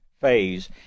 phase